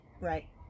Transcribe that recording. right